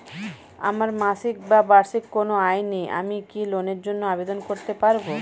আমার মাসিক বা বার্ষিক কোন আয় নেই আমি কি লোনের জন্য আবেদন করতে পারব?